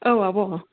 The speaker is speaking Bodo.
औ आब'